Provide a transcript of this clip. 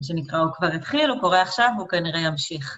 מה שנקרא, הוא כבר התחיל, הוא קורא עכשיו, והוא כנראה ימשיך.